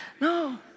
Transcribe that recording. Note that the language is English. No